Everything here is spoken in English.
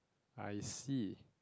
I see